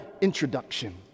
introduction